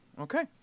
Okay